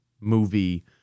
movie